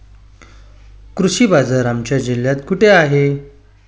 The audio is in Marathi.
कृषी बाजार आमच्या जिल्ह्यात कुठे आहे?